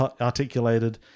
articulated